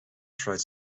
tried